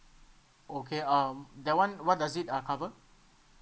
okay um that one what does it uh cover